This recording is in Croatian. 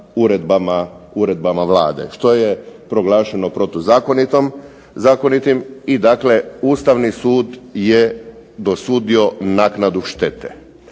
uredbama Vlade. Što je proglašeno protuzakonitim i dakle Ustavni sud je dosudio naknadu štete.